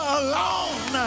alone